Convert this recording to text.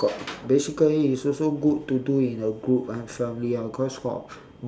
got basically it's also good to do in a group and family ah cause got